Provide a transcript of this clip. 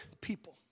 people